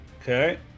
Okay